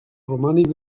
romànic